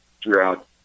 throughout